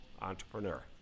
entrepreneur